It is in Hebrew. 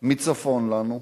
מצפון לנו,